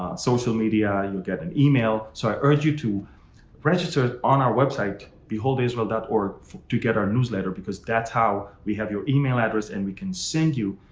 social media, you will get an email, so i urge you to register on our website. beholdisrael dot org to get our newsletter, because that's how we have your email address and we can send you